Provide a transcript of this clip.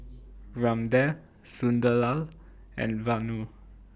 Ramdev Sunderlal and Vanu